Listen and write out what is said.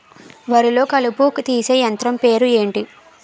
వరి లొ కలుపు తీసే యంత్రం పేరు ఎంటి?